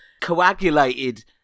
coagulated